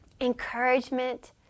Encouragement